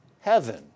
heaven